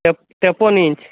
ତେପନ ଇଞ୍ଚ୍